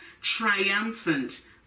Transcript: triumphant